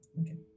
Okay